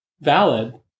valid